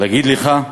להגיד לך: